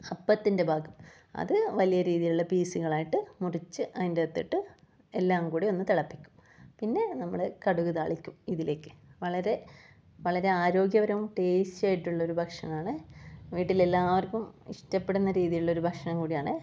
അപ്പത്തിൻ്റെ ഭാഗം അത് വലിയ രീതിയിലുള്ള പീസുകളായിട്ട് മുറിച്ച് അതിൻ്റെകത്ത് ഇട്ട് എല്ലാം കൂടി ഒന്ന് തിളപ്പിക്കും പിന്നെ നമ്മൾ കടുക് താളിക്കും ഇതിലേക്ക് വളരെ വളരെ ആരോഗ്യപരവും ടേസ്റ്റി ആയിട്ടൊള്ളൊരു ഭക്ഷണമാണ് വീട്ടിൽ എല്ലാവർക്കും ഇഷ്ടപ്പെടുന്ന രീതിയിലുള്ള ഒരു ഭക്ഷണം കൂടിയാണ്